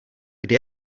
kdy